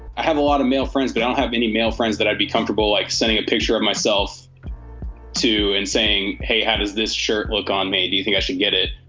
i have a lot of male friends, but i don't have any male friends that i'd be comfortable like sending a picture of myself to and saying, hey, how does this shirt look on me? do you think i should get it?